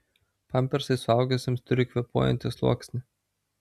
pampersai suaugusiems turi kvėpuojantį sluoksnį